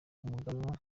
umuganwa